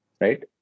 right